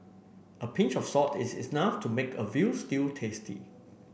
a pinch of salt is enough to make a veal stew tasty